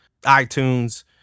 iTunes